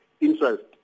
interest